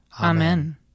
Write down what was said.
Amen